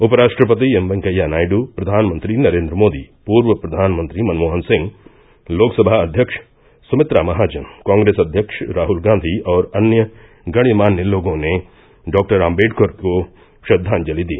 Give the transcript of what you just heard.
उपराष्ट्रपति एम वेंकैया नायडू प्रधानमंत्री नरेन्द्र मोदी पूर्व प्रधानमंत्री मनमोहन सिंह लोकसभा अध्यक्ष सुमित्रा महाजन कांग्रेस अध्यक्ष राहुल गांधी और अन्य गण्यमान्य लोगों ने डॉक्टर आम्बेडकर को श्रद्धांजलि दी